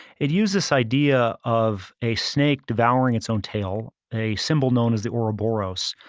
it used this idea of a snake devouring its own tail, a symbol known as the ouroboros,